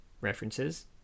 references